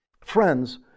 Friends